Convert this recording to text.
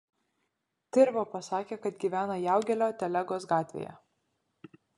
tirva pasakė kad gyvena jaugelio telegos gatvėje